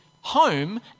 home